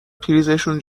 پریزشون